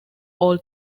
all